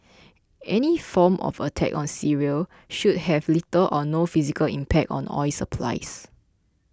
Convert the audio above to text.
any form of attack on Syria should have little or no physical impact on oil supplies